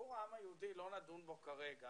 סיפור העם היהודי, לא נדון בו כרגע.